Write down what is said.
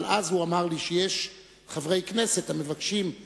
אבל אז הוא אמר לי שיש חברי כנסת שהם חברים